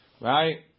right